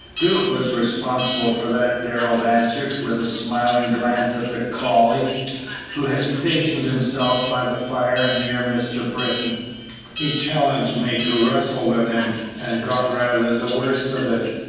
duke was responsible for that, darrell answered, with a smiling glance at the collie who had stationed himself by the fire and near mr. britton he challenged me to wrestle with him, and got rather the worst of it.